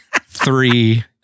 three